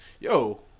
Yo